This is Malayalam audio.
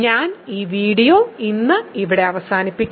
ഞാൻ ഈ വീഡിയോ ഇന്ന് ഇവിടെ അവസാനിപ്പിക്കും